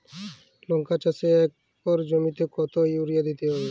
লংকা চাষে এক একর জমিতে কতো ইউরিয়া দিতে হবে?